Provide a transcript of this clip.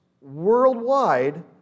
worldwide